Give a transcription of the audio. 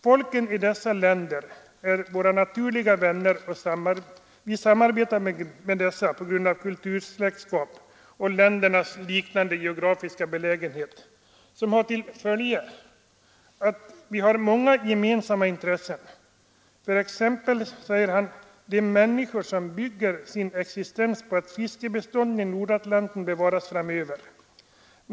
Folken i dessa länder är våra naturliga vänner och vi samarbetar med dem på grund av kultursläktskap och ländernas liknande geografiska belägenhet, som har till följd att våra intressen på olika sätt är gemensamma, t.ex. när det gäller de människor som bygger sin existens på att fiskbestånden i Nordatlanten bevaras framöver.